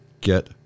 get